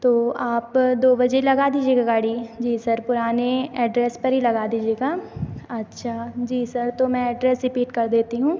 तो आप दो बजे लगा दीजिएगा गाड़ी जी सर पुराने एड्रेस पर ही लगा दीजिएगा अच्छा जी सर तो मैं एड्रेस रिपीट कर देती हूँ